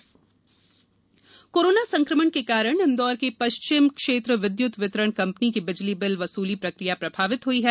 बिजली बिल वसली कोरोना संक्रमण के कारण इंदौर की पश्चिम क्षेत्र विदयुत वितरण कंपनी की बिजली बिल वसूली प्रक्रिया प्रभावित हुई है